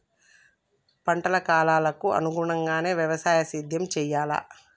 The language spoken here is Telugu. పంటల కాలాలకు అనుగుణంగానే వ్యవసాయ సేద్యం చెయ్యాలా?